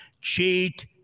cheat